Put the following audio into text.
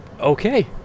Okay